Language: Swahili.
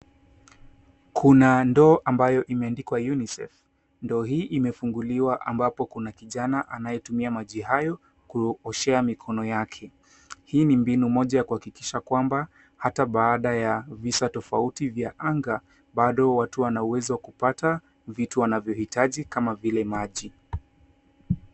Kuna ndoo ambayo imeandikwa unicef. Ndoo hii imefunguliwa ambapo kuna kijana anayetumia maji hayo kuoshea mikono yake. Hii ni mbinu moja ya kuhakikisha kwamba hata baada ya visa tofauti vya anga bado watu wanauwezo wa kupata vitu wavyohitaji kama vile maji.